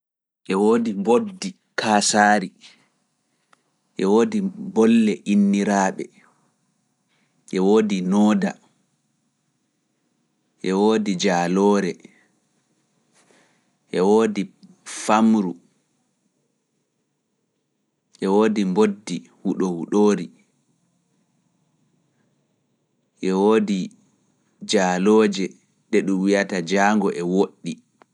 Ɗe woodi mboddi kaasaari, ɗe woodi bolle inniraaɓe, ɗe woodi nooda, ɗe woodi jaaloore, ɗe woodi famru, ɗe woodi mboddi huɗowuɗoori, ɗe woodi jaalooje ɗe ɗum wi’ata jaango e woɗɗi.